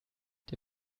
der